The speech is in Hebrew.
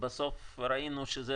ובסוף ראינו שזה,